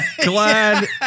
glad